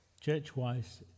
church-wise